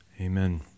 Amen